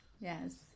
Yes